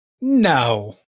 No